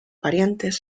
parientes